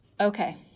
Okay